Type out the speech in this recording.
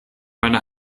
meine